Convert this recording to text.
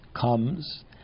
comes